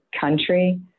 country